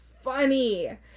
funny